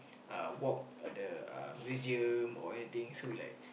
uh walk the uh museum or anything so we like